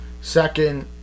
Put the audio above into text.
second